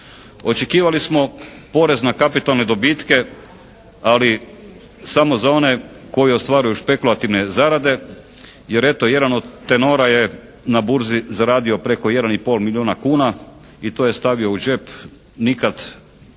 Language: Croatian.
Očekivali smo porez na kapitalne dobitke, ali samo za one koji ostvaruju špekulativne zarade jer eto jedan od tenora je na burzi zaradio preko 1 i pol milijuna kuna i to je stavio u džep, nikad za to